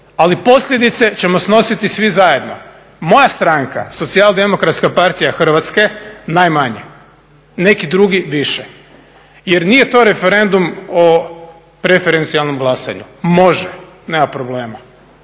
ali posljedice ćemo snositi svi zajedno. Moja stranka, SDP, najmanje. Neki drugi više. Jer nije to referendum o preferencijalnom glasanju, može, nema problema.